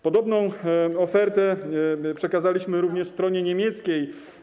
Podobną ofertę przekazaliśmy również stronie niemieckiej.